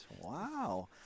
Wow